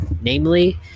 Namely